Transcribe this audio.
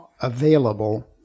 available